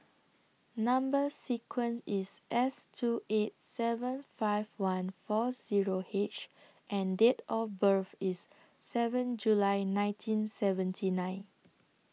Number sequence IS S two eight seven five one four Zero H and Date of birth IS seven July nineteen seventy nine